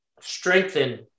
strengthen